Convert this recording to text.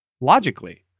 Logically